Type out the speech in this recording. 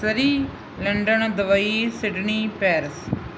Surrey London Dubai Sydney Paris